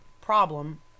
problem